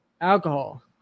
Alcohol